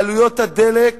בעלויות הדלק.